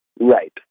Right